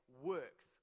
works